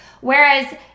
Whereas